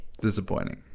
Disappointing